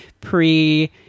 pre